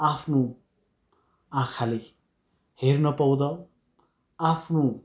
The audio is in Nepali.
आफ्नो आँखाले हेर्न पाउँदा आफ्नो